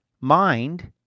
mind